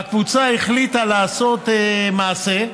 והקבוצה החליטה לעשות מעשה.